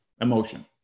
emotion